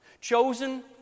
Chosen